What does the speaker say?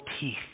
teeth